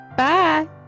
Bye